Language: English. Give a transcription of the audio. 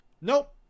Nope